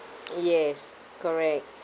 yes correct